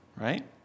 Right